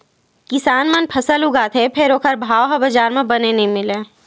किसान मन फसल उगाथे फेर ओखर भाव ह बजार म बने नइ मिलय